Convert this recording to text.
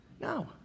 No